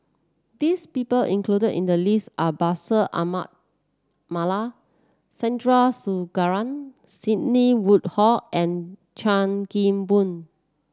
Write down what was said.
these people included in the list are Bashir Ahmad Mallal Sandrasegaran Sidney Woodhull and Chan Kim Boon